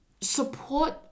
support